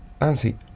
Nancy